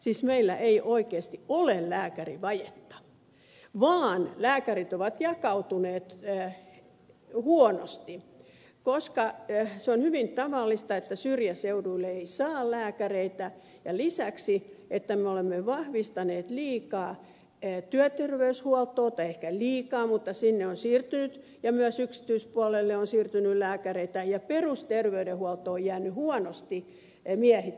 siis meillä ei oikeasti ole lääkärivajetta vaan lääkärit ovat jakautuneet huonosti koska se on hyvin tavallista että syrjäseuduille ei saa lääkäreitä ja lisäksi me olemme vahvistaneet liikaa työterveyshuoltoa tai ei ehkä liikaa mutta sinne on siirtynyt ja myös yksityispuolelle on siirtynyt lääkäreitä ja perusterveydenhuolto on jäänyt huonosti miehitetyksi